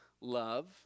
love